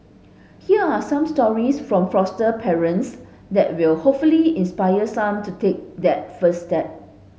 here are some stories from foster parents that will hopefully inspire some to take that first step